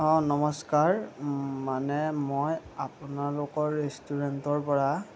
অঁ নমস্কাৰ মানে মই আপোনালোকৰ ৰেষ্টুৰেণ্টৰ পৰা